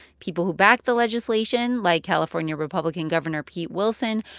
people who backed the legislation, like california republican governor pete wilson,